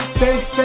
safe